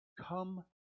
come